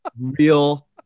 real